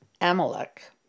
Amalek